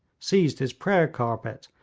seized his prayer carpet,